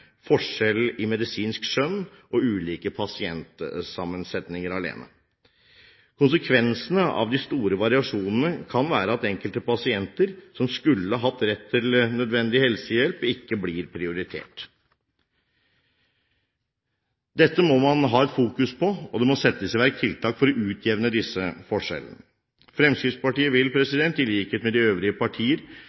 forskjell i medisinsk skjønn og ulik pasientsammensetning alene. Konsekvensene av de store variasjonene kan være at enkelte pasienter som skulle hatt rett til nødvendig helsehjelp, ikke blir prioritert. Dette må man fokusere på, og det må settes i verk tiltak for å utjevne disse forskjellene. Fremskrittspartiet vil, i likhet med de øvrige partier,